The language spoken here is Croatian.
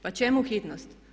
Pa čemu hitnost?